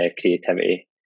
creativity